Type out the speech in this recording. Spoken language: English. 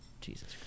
Jesus